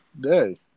day